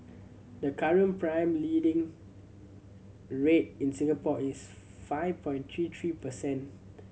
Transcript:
the current prime lending rate in Singapore is five point three three percent